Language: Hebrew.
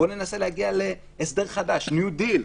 בואו ננסה להגיע להסדר חדש, ניו-דיל.